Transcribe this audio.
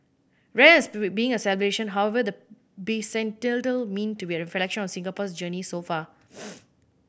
rather than being a celebration however the bicentennial meant to be a reflection on Singapore's journey so far